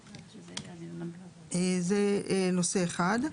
זה נושא אחד.